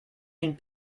une